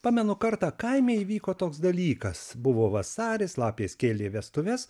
pamenu kartą kaime įvyko toks dalykas buvo vasaris lapės kėlė vestuves